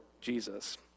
Jesus